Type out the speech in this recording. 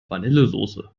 vanillesoße